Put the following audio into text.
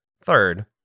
Third